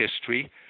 history